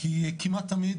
כי כמעט תמיד